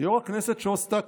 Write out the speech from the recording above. ויו"ר הכנסת שוסטק,